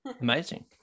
Amazing